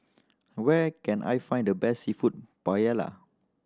where can I find the best Seafood Paella